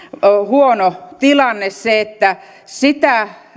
huono tilanne se että sitä